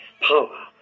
power